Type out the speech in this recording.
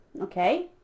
Okay